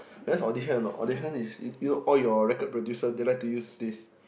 you use audition or not audition is you know all your record producers they like to use this